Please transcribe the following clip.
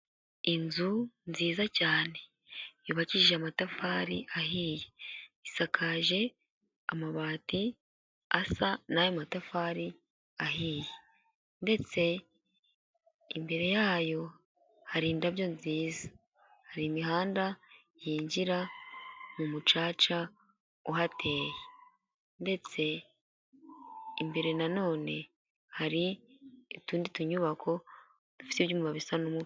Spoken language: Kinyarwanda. Inzu nziza cyane yubakishije amatafari ahiye isakaje amabati asa n'ayo matafari ahiye, ndetse imbere yayo hari indabyo nziza, hari imihanda yinjira mu mucaca uhateye, ndetse imbere na none hari utundi tuyubako dufite ibyuma bisa n'umukara.